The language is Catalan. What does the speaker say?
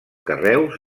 carreus